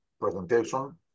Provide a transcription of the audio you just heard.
presentation